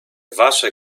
wasze